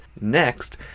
Next